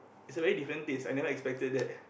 it's a very different taste I never expected that